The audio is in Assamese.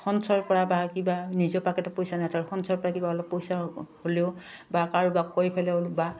সঞ্চয়ৰ পৰা বা কিবা নিজৰ পকেটত পইচা নাই সঞ্চয়ৰ পৰা কিবা অলপ পইচা হ'লেও বা কাৰোবাক কৈ পেলাইও বা